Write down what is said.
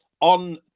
on